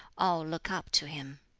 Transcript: all look up to him.